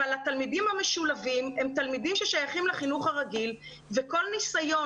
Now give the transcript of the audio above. אבל התלמידים המשולבים הם תלמידים שמשויכים לחינוך הרגיל וכל ניסיון